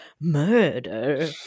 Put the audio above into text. murder